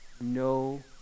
No